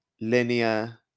linear